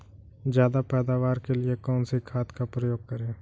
ज्यादा पैदावार के लिए कौन सी खाद का प्रयोग करें?